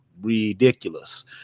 ridiculous